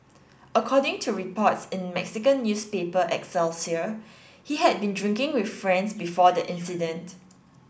according to reports in Mexican newspaper Excelsior he had been drinking with friends before the incident